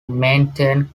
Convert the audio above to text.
maintain